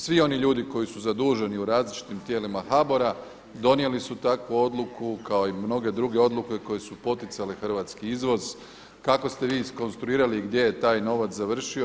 Svi oni ljudi koji su zaduženi u različitim tijelima HBOR-a donijeli su takvu odluku kao i mnoge druge odluke koje su poticale hrvatski izvoz, kako ste vi iskonstruirali i gdje je taj novac završio.